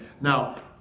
Now